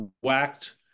whacked